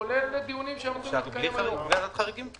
כולל דיונים שאמורים להתקיים היום,